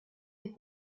des